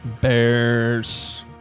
Bears